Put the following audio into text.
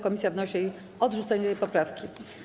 Komisja wnosi o odrzucenie tej poprawki.